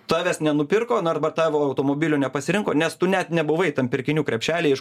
tavęs nenupirko na arba tavo automobilio nepasirinko nes tu net nebuvai tam